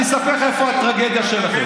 אני אספר לך איפה הטרגדיה שלכם.